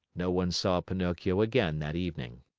no one saw pinocchio again that evening.